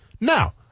Now